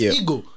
ego